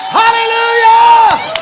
hallelujah